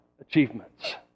achievements